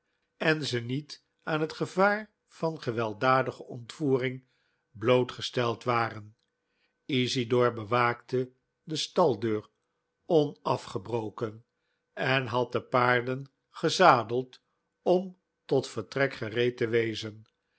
en ze niet aan het gevaar van gewelddadige ontvoering bloot gesteld waren isidor bewaakte de staldeur onafgebroken en had de paarden gezadeld om tot vertrek gereed te wezen